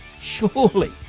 surely